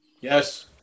Yes